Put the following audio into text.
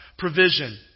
Provision